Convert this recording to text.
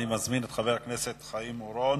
אני מזמין את חבר הכנסת חיים אורון.